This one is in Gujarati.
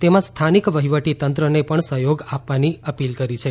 તેમાં સ્થાનિક વહીવટીતંત્રને પણ સહ્યોગ આપવાની અપીલ કરી છે